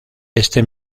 este